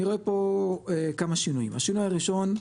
אני רואה פה כמה שינויים: השינוי הראשון,